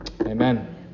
Amen